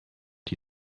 die